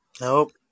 Nope